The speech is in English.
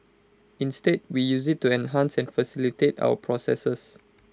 instead we use IT to enhance and facilitate our processes